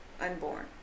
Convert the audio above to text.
unborn